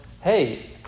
hey